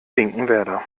finkenwerder